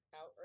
out